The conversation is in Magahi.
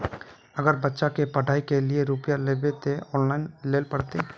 अगर बच्चा के पढ़ाई के लिये रुपया लेबे ते ऑनलाइन लेल पड़ते?